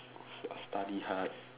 study hard